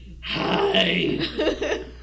Hi